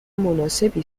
مناسبی